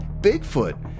Bigfoot